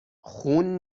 خون